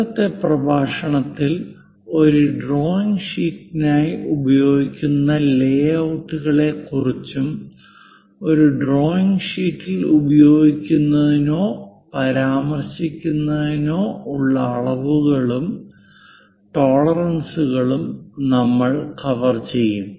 ഇന്നത്തെ പ്രഭാഷണത്തിൽ ഒരു ഡ്രോയിംഗ് ഷീറ്റിനായി ഉപയോഗിക്കുന്ന ലേഔട്ട് കളെ ക്കുറിച്ചും ഒരു ഡ്രോയിംഗ് ഷീറ്റിൽ ഉപയോഗിക്കുന്നതിനോ പരാമർശിക്കുന്നതിനോ ഉള്ള അളവുകളും ടോളറൻസുകളും നമ്മൾ കവർ ചെയ്യും